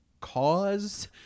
cause